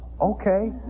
okay